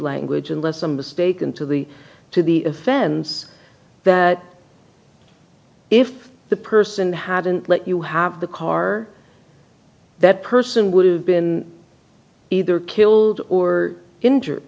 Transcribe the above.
language unless i'm mistaken to the to the offense that if the person hadn't let you have the car that person would have been either killed or injured